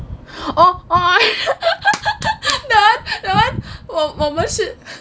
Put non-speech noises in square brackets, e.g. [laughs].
oh [laughs] 我我们是